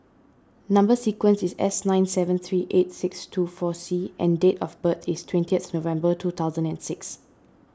Number Sequence is S nine seven three eight six two four C and date of birth is twentieth November two thousand and six